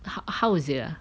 how how is it ah